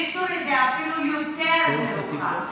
ויקטורי זה אפילו יותר מרוחק.